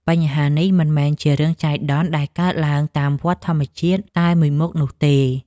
បញ្ហានេះមិនមែនជារឿងចៃដន្យដែលកើតឡើងតាមវដ្តធម្មជាតិតែមួយមុខនោះទេ។